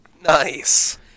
Nice